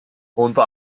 unter